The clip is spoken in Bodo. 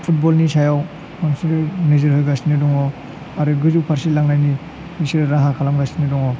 फुटबलनि सायाव बांसिनै नोजोर होगासिनो दङ आरो गोजौ फारसे लांनायनि बिसोर राहा खालामगासिनो दङ